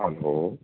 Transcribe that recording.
hello